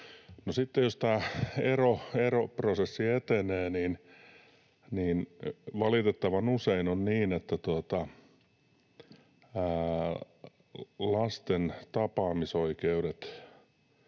jos tämä eroprosessi etenee, niin valitettavan usein on niin, että lasten tapaamisoikeudet